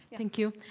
thank you.